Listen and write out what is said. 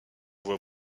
voie